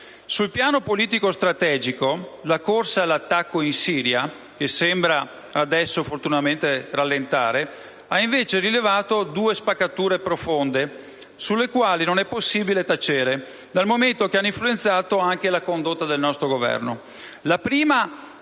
Sul piano politico-strategico, la corsa all'attacco in Siria, che fortunatamente adesso sembra rallentare, ha invece rivelato due spaccature profonde, sulle quali non è possibile tacere, dal momento che hanno influenzato anche la condotta del nostro Governo: